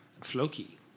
Floki